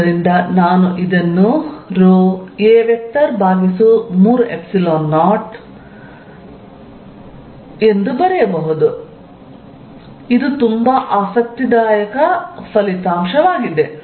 ಆದ್ದರಿಂದ ನಾನು ಇದನ್ನು a30 ಎಂದು ಬರೆಯಬಹುದು ಇದು ತುಂಬಾ ಆಸಕ್ತಿದಾಯಕ ಫಲಿತಾಂಶವಾಗಿದೆ